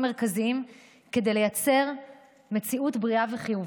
מרכזיים כדי לייצר מציאות בריאה וחיובית.